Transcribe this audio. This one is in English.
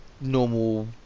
normal